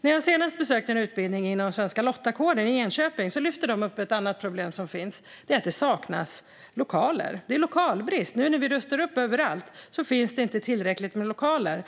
När jag senast besökte en utbildning inom svenska lottakåren i Enköping lyfte de upp ett annat problem som finns, nämligen att det saknas lokaler. Det råder lokalbrist. Nu när vi rustar upp överallt finns det inte tillräckligt med lokaler.